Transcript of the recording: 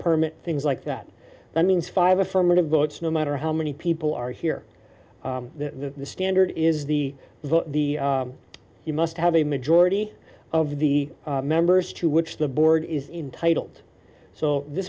permit things like that that means five affirmative votes no matter how many people are here the standard is the vote the you must have a majority of the members to which the board is entitled so th